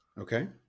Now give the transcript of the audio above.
Okay